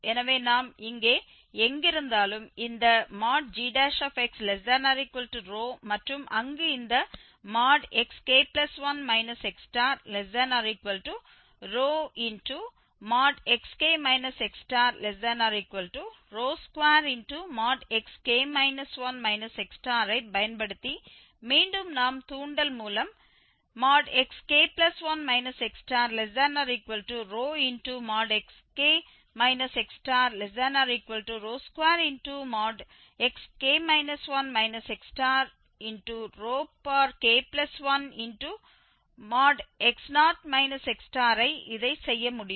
எனவே நாம் இங்கே எங்கிருந்தாலும் இந்த gx≤ρ மற்றும் அங்கு இந்த xk1 x≤ρxk x2xk 1 xஐ பயன்படுத்தி மீண்டும் நாம் தூண்டல் மூலம் xk1 x≤ρxk x2xk 1 xk1x0 xஐ இதை செய்ய முடியும்